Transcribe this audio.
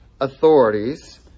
authorities